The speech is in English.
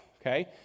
okay